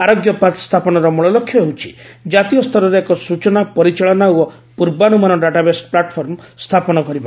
ଆରୋଗ୍ୟ ପାଥ୍ ସ୍ଥାପନର ମୂଳ ଲକ୍ଷ୍ୟ ହେଉଛି କାତୀୟ ସ୍ତରରେ ଏକ ସୂଚନା ପରିଚାଳନା ଓ ପୂର୍ବାନୁମାନ ଡାଟାବେସ ପ୍ଲାଟ୍ଫର୍ମ ସ୍ଥାପନ କରିବା